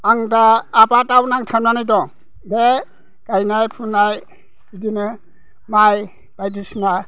आं दा आबादाव नांथाबनानै दं बे गायनाय फुनाय बिदिनो माइ बायदिसिना